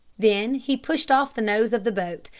then he pushed off the nose of the boat,